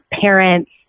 parents